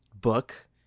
book